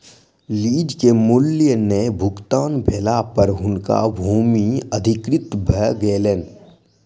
lease के मूल्य नै भुगतान भेला पर हुनकर भूमि अधिकृत भ गेलैन